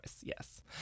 yes